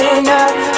enough